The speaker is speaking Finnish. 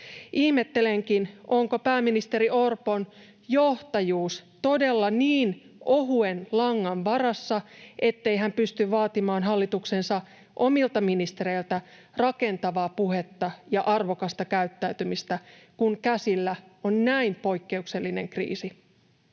Ihmettelenkin, onko pääministeri Orpon johtajuus todella niin ohuen langan varassa, ettei hän pysty vaatimaan hallituksensa omilta ministereiltä rakentavaa puhetta ja arvokasta käyttäytymistä, kun käsillä on näin poikkeuksellinen kriisi.